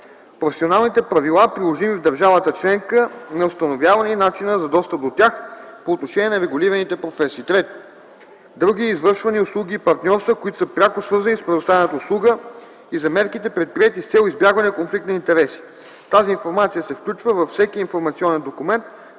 професионалните правила, приложими в държавата членка на установяване, и начина за достъп до тях – по отношение на регулираните професии; 3. други извършвани услуги и партньорства, които са пряко свързани с предоставяната услуга, и за мерките, предприети с цел избягване конфликт на интереси; тази информация се включва във всеки информационен документ,